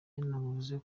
yanavuze